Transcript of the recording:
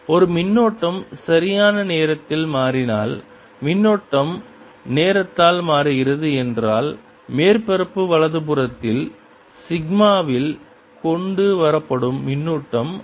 ஒரு மின்னோட்டம் சரியான நேரத்தில் மாறினால் மின்னோட்டம் நேரத்தால் மாறுகிறது என்றால் மேற்பரப்பு வலதுபுறத்தில் சிக்மாவில் கொண்டு வரப்படும் மின்னூட்டம் மாறும்